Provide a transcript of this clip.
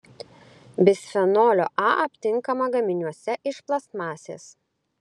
bisfenolio a aptinkama gaminiuose iš plastmasės